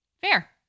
fair